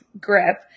grip